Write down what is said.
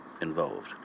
involved